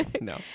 no